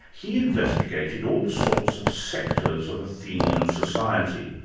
he investigated all sorts of sectors of athenian society,